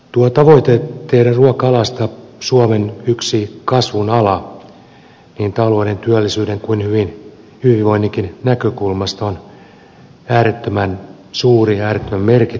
tuo tavoite tehdä ruoka alasta suomen yksi kasvun ala niin talouden työllisyyden kuin hyvinvoinninkin näkökulmasta on äärettömän suuri ja äärettömän merkittävä